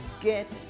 get